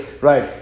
right